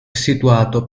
situato